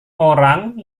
orang